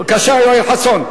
בבקשה, יואל חסון.